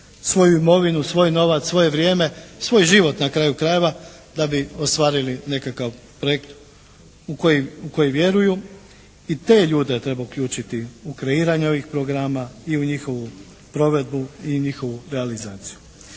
svoju imovinu, svoj novac, svoje vrijeme, svoj život na kraju krajeva da bi ostvarili nekakav projekt u koji vjeruju i te ljude treba uključiti u kreiranje ovih programa i u njihovu provedbu i njihovu realizaciju.